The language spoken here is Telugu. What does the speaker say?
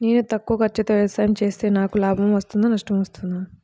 నేను తక్కువ ఖర్చుతో వ్యవసాయం చేస్తే నాకు లాభం వస్తుందా నష్టం వస్తుందా?